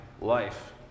life